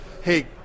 hey